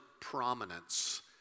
prominence